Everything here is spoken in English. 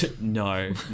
No